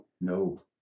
No